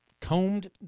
combed